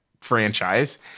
franchise